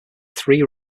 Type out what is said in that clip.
three